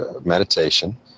meditation